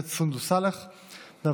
סונדוס סאלח בנושא: פרשת הכדורגלנים והקטינות,